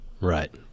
Right